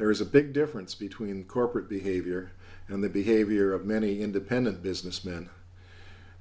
there is a big difference between corporate behavior and the behavior of many independent businessmen